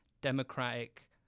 Democratic